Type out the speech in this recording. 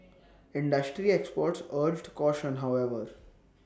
industry experts urged caution however